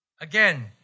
Again